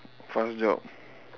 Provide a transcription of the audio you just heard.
first job